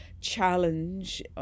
challenge